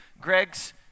Greg's